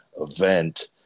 event